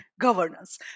governance